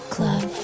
Club